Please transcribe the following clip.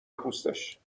پوستش